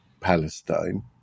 Palestine